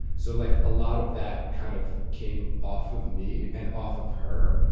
so like a lot of that kind of came off of me and off of her.